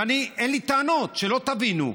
ואני, אין לי טענות, שלא תבינו.